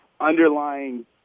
underlying